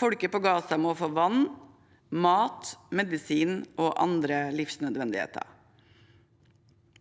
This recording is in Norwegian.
Folket i Gaza må få vann, mat, medisiner og andre livsnødvendigheter.